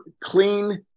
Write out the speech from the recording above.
clean